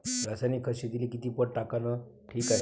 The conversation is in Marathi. रासायनिक खत शेतीले किती पट टाकनं ठीक हाये?